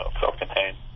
self-contained